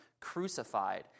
crucified